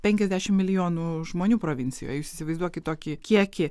penkiasdešim milijonų žmonių provincijoj jūs įsivaizduokit tokį kiekį